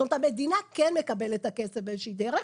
המדינה כן מקבלת את הכסף באיזושהי דרך.